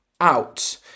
out